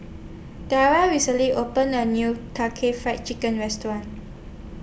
Tara recently opened A New Karaage Fried Chicken Restaurant